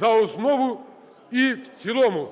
за основу і в цілому.